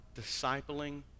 discipling